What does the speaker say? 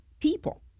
people